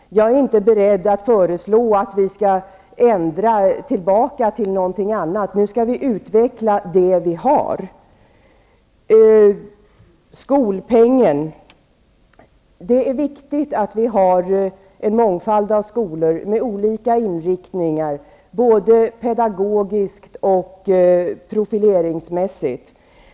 Jag är inte beredd att föreslå att vi skall ändra tillbaka till någonting annat. Nu skall vi utveckla det vi har. Det är viktigt att vi har en mångfald av skolor med olika inriktningar både pedagogiskt och profileringsmässigt.